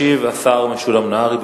ישיב השר משולם נהרי.